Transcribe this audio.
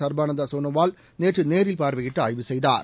சர்பானந்தா சோனாவால் நேற்று நேரில் பார்வையிட்டு ஆய்வு செய்தார்